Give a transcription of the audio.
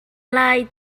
lai